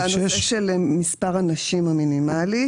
בנושא של מספר אנשים מינימלי,